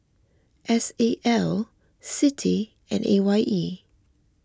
S A L Citi and A Y E